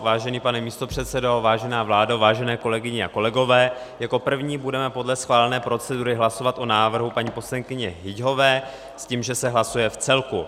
Vážený pane místopředsedo, vážená vládo, vážené kolegyně a kolegové, jako první budeme podle schválené procedury hlasovat o návrhu paní poslankyně Hyťhové s tím, že se hlasuje v celku.